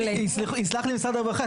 --- יסלח לי משרד הרווחה.